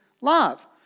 love